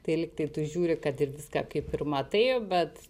tai lyg tai tu žiūri kad ir viską kaip ir matai bet